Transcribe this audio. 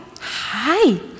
Hi